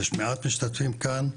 יש מעט משתתפים כאן,